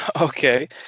Okay